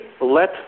let